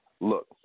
look